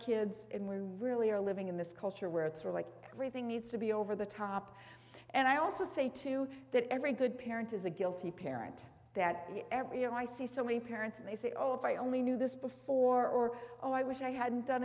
kids and we really are living in this culture where it's really everything needs to be over the top and i also say too that every good parent is a guilty parent that every year i see so many parents and they say oh if i only knew this before or oh i wish i hadn't done